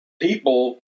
people